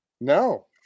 No